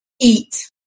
Eat